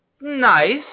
nice